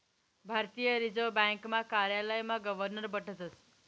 भारतीय रिजर्व ब्यांकना कार्यालयमा गवर्नर बठतस